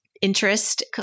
interest